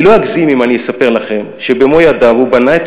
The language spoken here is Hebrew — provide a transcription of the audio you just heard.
אני לא אגזים אם אספר לכם שבמו ידיו הוא בנה את